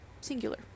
singular